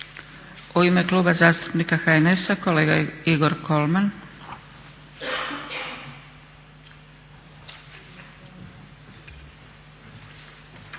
U ime Kluba zastupnika HNS-a kolega Igor Kolman.